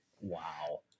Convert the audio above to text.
Wow